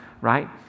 Right